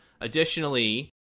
Additionally